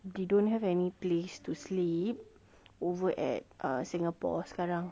they don't have any place to sleep over at uh singapore sekarang